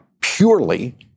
purely